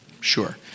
Sure